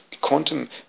Quantum